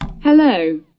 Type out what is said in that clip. Hello